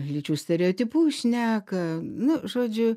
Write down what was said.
lyčių stereotipus šneka nu žodžiu